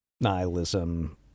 nihilism